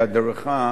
בהדרכה,